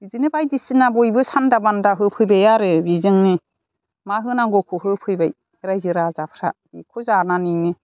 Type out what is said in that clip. बिदिनो बायदिसिना बयबो सानदा बानदा होफैबाय आरो बेजोंनो मा होनांगौखौ होफैबाय रायजो राजाफ्रा बेखौ जानानैनो